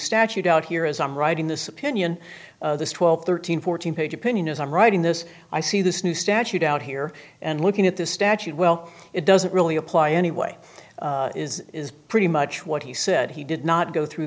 statute out here as i'm writing this opinion this twelve thirteen fourteen page opinion as i'm writing this i see this new statute out here and looking at the statute well it doesn't really apply anyway is is pretty much what he said he did not go through